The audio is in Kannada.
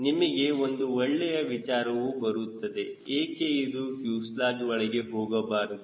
ನಿಮಗೆ ಒಂದು ಒಳ್ಳೆಯ ವಿಚಾರವು ಬರುತ್ತದೆ ಏಕೆ ಇದು ಫ್ಯೂಸೆಲಾಜ್ ಒಳಗೆ ಹೋಗಬಾರದು